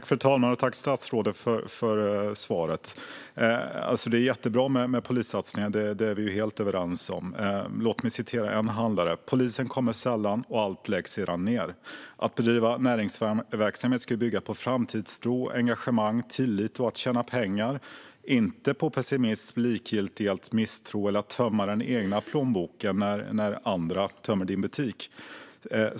Fru talman! Tack, statsrådet, för svaret! Det är jättebra med polissatsningar - det är vi helt överens om - men låt mig citera en handlare: Polisen kommer sällan, och sedan läggs allt ned. Att bedriva näringsverksamhet ska bygga på framtidstro, engagemang och tillit och på att tjäna pengar, inte på pessimism, likgiltighet och misstro eller på att tömma den egna plånboken när andra tömmer ens butik.